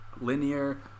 linear